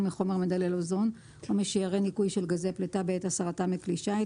מחומר מדלל אוזון או משיירי ניקוי של גזי פליטה בעת הסרתם מכלי שיט,